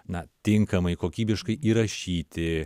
na tinkamai kokybiškai įrašyti